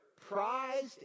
prized